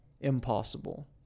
impossible